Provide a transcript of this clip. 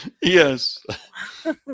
Yes